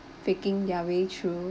faking their way through